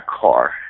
car